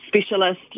specialist